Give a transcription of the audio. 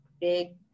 big